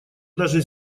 даже